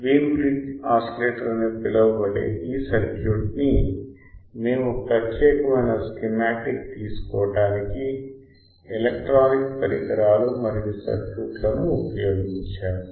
Wien bridge oscillator అని పిలువబడే ఈ సర్క్యూట్ ని మేము ప్రత్యేకమైన స్కీమాటిక్ తీసుకోవడానికి ఎలక్ట్రానిక్ పరికరాలు మరియు సర్క్యూట్లను ఉపయోగించాము